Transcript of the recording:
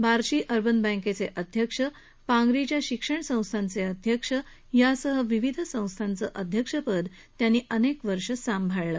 Barshi urban बँकेचे अध्यक्ष पांगरी इथल्या शिक्षण संस्थांचे अध्यक्ष यासह विविध संस्थांचं अध्यक्षपदही त्यांनी अनेक वर्ष सांभाळलं